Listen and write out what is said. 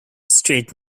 straight